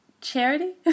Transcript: charity